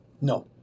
No